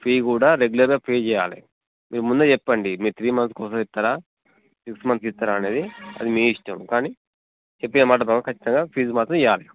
fee కూడా రెగ్యులర్గా pay చేయాలి మీరు ముందే చెప్పండి మీరు త్రీ మంత్స్కు ఒకసారి ఇస్తారా సిక్స్ మంత్స్కు ఇస్తారా అనేది అది మీ ఇష్టం కానీ చెప్పిన మాట ప్రకారం ఖచ్చితంగా ఫీజు మాత్రం ఇవ్వాలి